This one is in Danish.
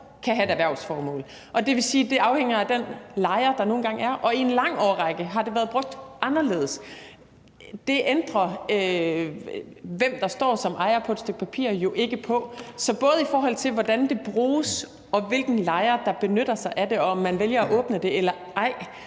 kan have et erhvervsformål. Det vil sige, at det afhænger af den lejer, der nu engang er, og i en lang årrække har det været brugt anderledes. Det ændrer, hvem der står som ejer på et stykke papir, jo ikke på. Så både i forhold til hvordan det bruges, hvilken lejer der benytter sig af det og om man vælger at åbne det eller ej